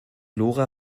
lora